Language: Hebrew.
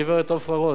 הגברת עפרה רוס.